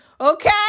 Okay